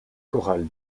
chorale